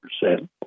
percent